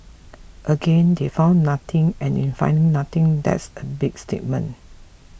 again they found nothing and in finding nothing that's a big statement